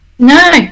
no